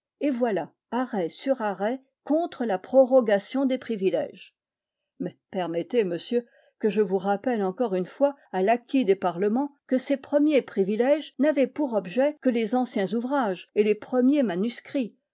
et voilà arrêts sur arrêts contre la prorogation des privilèges mais permettez monsieur que je vous rappelle encore une fois à l'acquit des parlements que ces premiers privilèges n'avaient pour objet que les anciens ouvrages et les premiers manuscrits